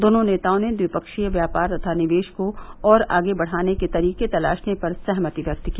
दोनों नेताओं ने द्विपक्षीय व्यापार तथा निवेश को और आगे बढ़ाने के तरीके तलाशने पर सहमति व्यक्त की